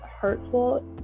hurtful